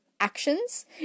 actions